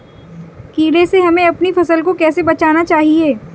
कीड़े से हमें अपनी फसल को कैसे बचाना चाहिए?